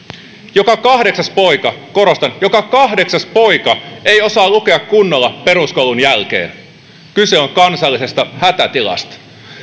joka kahdeksas poika korostan joka kahdeksas poika ei osaa lukea kunnolla peruskoulun jälkeen kyse on kansallisesta hätätilasta